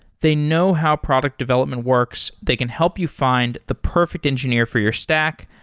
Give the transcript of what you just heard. they know how product development works. they can help you find the perfect engineer for your stack,